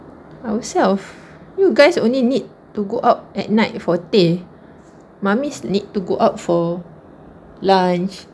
ourselves you guys only need to go out at night for teh mummies need to go out for lunch